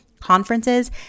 conferences